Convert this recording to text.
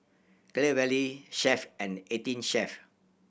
Clear Valley Chef and Eighteen Chef